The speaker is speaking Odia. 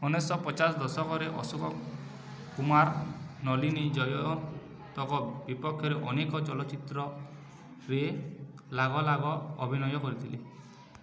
ଉଣେଇଶି ଶହ ପଚାଶ ଦଶକରେ ଅଶୋକ କୁମାର ନଳିନୀ ଜୟୱନ୍ତଙ୍କ ବିପକ୍ଷରେ ଅନେକ ଚଳଚ୍ଚିତ୍ରରେ ଲାଗଲାଗ ଅଭିନୟ କରିଥିଲେ